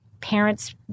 parents